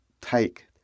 take